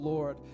Lord